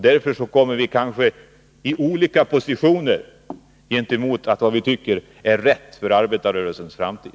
Därför hamnar vi kanske i olika positioner i synen på arbetarrörelsens framtid.